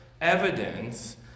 evidence